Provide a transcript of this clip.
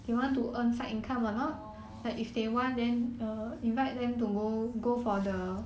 oh orh